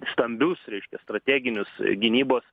stambius reiškia strateginius gynybos